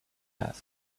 asked